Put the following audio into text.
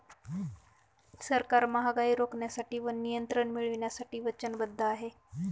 सरकार महागाई रोखण्यासाठी व नियंत्रण मिळवण्यासाठी वचनबद्ध आहे